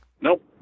Nope